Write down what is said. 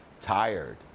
tired